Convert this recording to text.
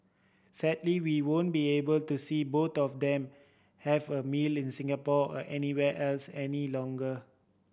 sadly we won't be able to see both of them have a meal in Singapore or anywhere else any longer